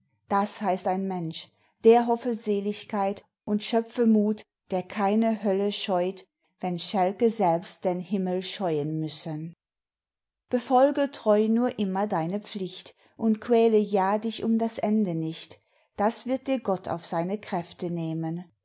das heißt ein mensch der hoffe seligkeit und schöpfe muth der keine hölle scheut wenn schälke selbst denn himmel scheuen müssen befolge treu nur immer deine pflicht und quäle ja dich um das ende nicht das wird dir gott auf seine kräfte nehmen